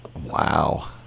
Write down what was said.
Wow